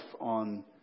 on